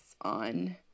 on